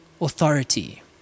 authority